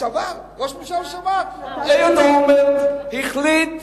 אהוד אולמרט החליט,